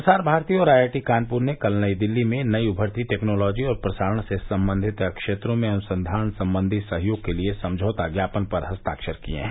प्रसार भारती और आईआईटी कानप्र ने कल नई दिल्ली में नई उमरती टैक्नोलॉजी और प्रसारण से संबंधित क्षेत्रों में अनुसंधान संबंधी सहयोग के लिए समझौता ज्ञापन पर हस्ताक्षर किये हैं